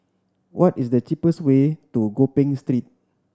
what is the cheapest way to Gopeng Street